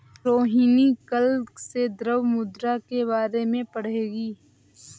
रोहिणी कल से द्रव्य मुद्रा के बारे में पढ़ेगी